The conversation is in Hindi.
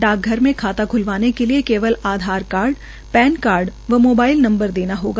डाकघर में खाता ख्लवाने के लिए केवल आधार पैन कार्ड और मोबाइल नंबर देना होगा